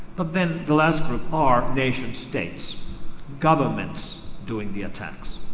but then the last group are nation states governments doing the attacks.